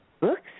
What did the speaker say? Books